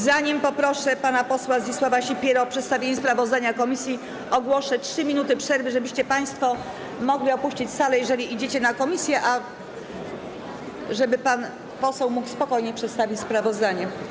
Zanim poproszę pana posła Zdzisława Sipierę o przedstawienie sprawozdania komisji, ogłoszę 3 minuty przerwy, żebyście państwo mogli opuścić salę, jeżeli idziecie na posiedzenie komisji, a żeby pan poseł mógł spokojnie przedstawić sprawozdanie.